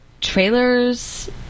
trailers